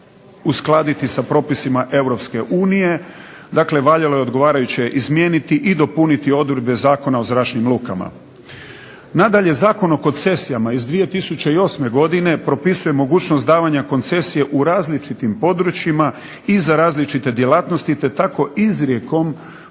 uskladiti sa propisima Europske unije. Dakle, valjalo je odgovarajuće izmijeniti i dopuniti odredbe Zakona o zračnim lukama. Nadalje, Zakon o koncesijama iz 2008. godine propisuje mogućnost davanja koncesije u različitim područjima i za različite djelatnosti te tako izrijekom